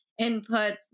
inputs